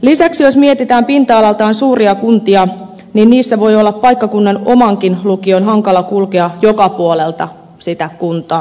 lisäksi jos mietitään pinta alaltaan suuria kuntia niissä voi olla paikkakunnan omaankin lukioon hankala kulkea joka puolelta sitä kuntaa